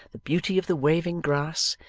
the beauty of the waving grass,